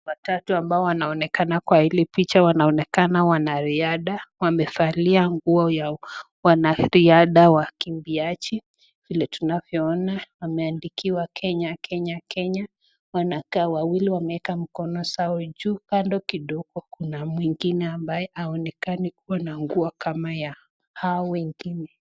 Watatu ambao wanaonekana kwa hili picha wanaoneka ni wanariadha. Wamevalia nguo za wanariadha wakimbiaji. Vile tunavyo ona wameandikiwa Kenya kenya Kenya. Wanakaa wawili wameweka mikono zao juu. Kando kidogo kuna mwingine ambaye aonekani kua na nguo kama ya hao wengine.